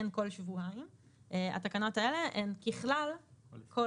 אין כל שבועיים,